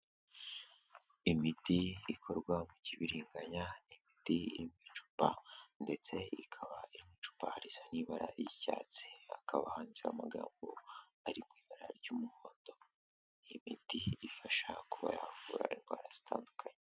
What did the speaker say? Imiti ikorwa mu kibiriganya, ni imiti iri mu icupa ndetse ikaba iri mu icupa risa n'ibara ry'icyatsi. Hakaba handitseho amagambo ari mu ibara ry'umuhondo. Imiti ifasha kuba yavura indwara zitandukanye.